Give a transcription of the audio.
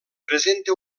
presenta